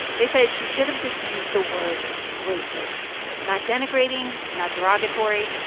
they said she should have just used the word racist not denigrating, not derogatory,